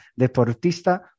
Deportista